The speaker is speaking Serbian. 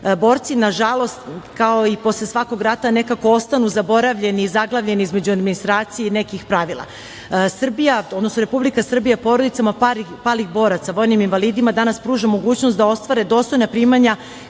Borci, nažalost, kao i posle svakog rata nekako ostanu zaboravljeni i zaglavljeni između administracije i nekih pravila. Republika Srbija porodicama palih boraca, vojnim invalidima danas pruža mogućnost da ostvare dostojna primanja